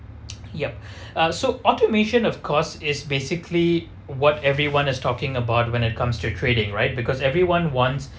yup so automation of course is basically what everyone is talking about when it comes to trading right because everyone wants